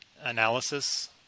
analysis